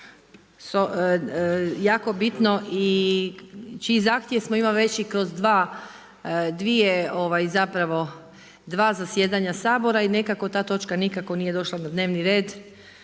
jako bitno i čiji zahtjev smo imali već kroz dva zasjedanja Sabora i nekako ta točka nikako nije došla na dnevni red